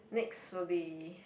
next will be